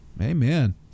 amen